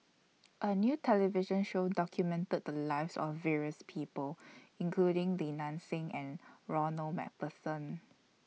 A New television Show documented The Lives of various People including Li Nanxing and Ronald MacPherson